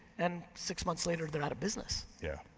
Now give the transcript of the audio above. and six months later they're out of business. yeah.